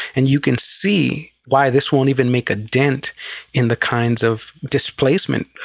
and you can see why this won't even make a dent in the kinds of displacement,